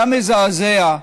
היה מזעזע.